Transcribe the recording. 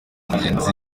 mugenzi